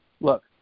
look